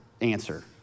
answer